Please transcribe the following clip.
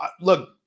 Look